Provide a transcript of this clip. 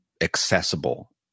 accessible